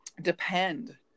depend